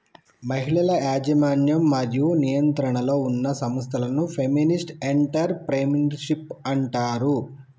మహిళల యాజమాన్యం మరియు నియంత్రణలో ఉన్న సంస్థలను ఫెమినిస్ట్ ఎంటర్ ప్రెన్యూర్షిప్ అంటారు